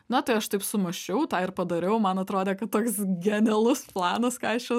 na tai aš taip sumąsčiau tą ir padariau man atrodė kad toks genialus planas ką aš čia